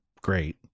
great